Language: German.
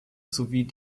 sowie